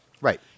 Right